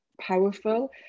powerful